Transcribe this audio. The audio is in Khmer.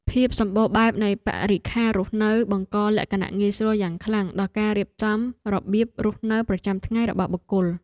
ភាពសម្បូរបែបនៃបរិក្ខាររស់នៅបង្កលក្ខណៈងាយស្រួលយ៉ាងខ្លាំងដល់ការរៀបចំរបៀបរស់នៅប្រចាំថ្ងៃរបស់បុគ្គល។